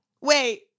Wait